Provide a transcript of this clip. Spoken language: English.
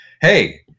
Hey